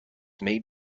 made